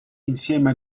insieme